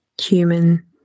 human